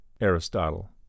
Aristotle